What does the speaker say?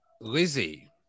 Lizzie